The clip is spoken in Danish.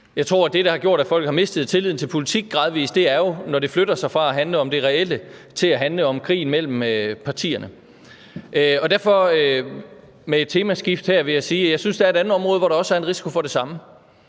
Jeg tror, at det, der har gjort, at folk gradvis har mistet tilliden til politik, i virkeligheden er, når det flytter sig fra at handle om det reelle til at handle om krigen mellem partierne. Derfor vil jeg med et temaskift her sige, at jeg synes, der er et andet område, hvor der også er en risiko for det samme,